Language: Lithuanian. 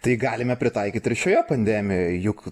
tai galime pritaikyti ir šioje pandemijoje juk